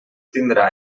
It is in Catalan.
tindrà